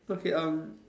okay um